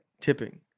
tipping